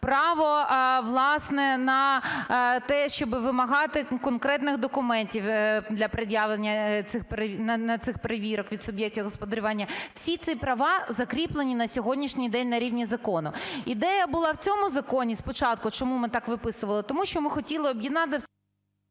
право, власне, на те, щоб вимагати конкретних документів для пред'явлення цих перевірок, на цих перевірок від суб'єктів господарювання – всі ці права закріплені на сьогоднішній день на рівні закону. Ідея була в цьому законі спочатку, чому ми так виписували, тому що ми хотіли об'єднати…